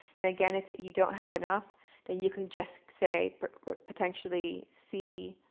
and again, if you don't have enough then you can just say potentially see